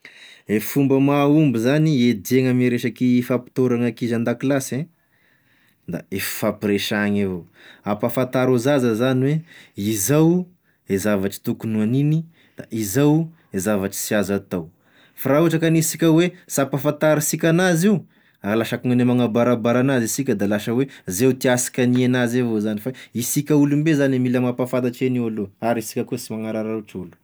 E fomba mahomby zany hiadia gn'ame resaky fampitahorana ankizy andakilasy e, da e fifampiresahagny avao, ampahafantaro e zaza zany hoe izao e zavatry tokony ho haniny, da izao zavatry sy azo atao, fa raha ohatra k'anisika hoe sy ampahafantarisika anazy io a lasa akogne manabarabara anazy sika de lasa hoe ze tiàsika hania anazy avao zany fa isika olombe zane mila mampahafantatry agn'io aloha ary isika koa sy manararaotry olo.